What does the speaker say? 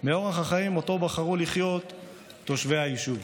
מאורח החיים שבחרו לחיות בו תושבי היישוב.